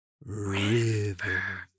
river